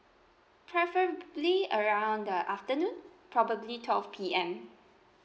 preferably around uh afternoon probably twelve P_M